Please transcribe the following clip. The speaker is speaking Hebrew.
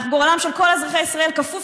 איך גורלם של כל אזרחי ישראל כפוף